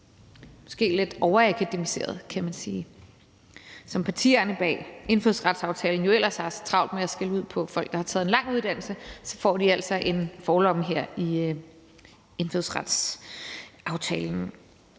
måske lidt overakademiseret, kan man sige. Partierne bag indfødsretsaftalen har jo ellers haft travlt med at skælde ud på folk, der har taget en lang uddannelse, men de får altså en forlomme her i indfødsretsaftalen.